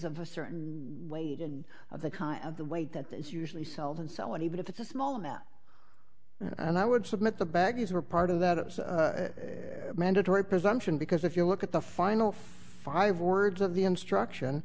of a certain weight and of the kind of the weight that this usually sells and so on even if it's a small amount and i would submit the baggies were part of that mandatory presumption because if you look at the final five words of the instruction